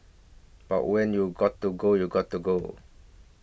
but when you gotta go you gotta go